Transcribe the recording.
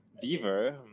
Beaver